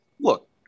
look